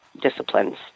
disciplines